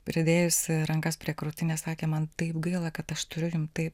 pridėjusi rankas prie krūtinės sakė man taip gaila kad aš turiu jum tai